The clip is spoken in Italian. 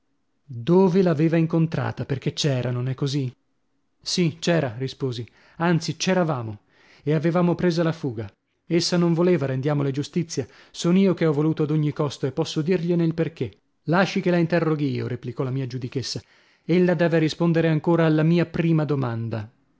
dove l'aveva incontrata perchè c'era non è così sì c'era risposi anzi c'eravamo e avevamo presa la fuga essa non voleva rendiamole giustizia son io che ho voluto ad ogni costo e posso dirgliene il perchè lasci che la interroghi io replicò la mia giudichessa ella deve rispondere ancora alla mia prima domanda